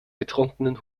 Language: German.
betrunkenen